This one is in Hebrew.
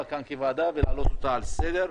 כאן כוועדה ולהעלות אותה על סדר היום.